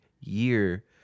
year